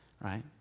Right